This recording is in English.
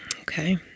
Okay